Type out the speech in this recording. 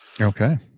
Okay